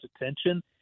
attention